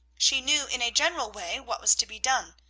she knew in a general way what was to be done,